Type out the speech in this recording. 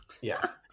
Yes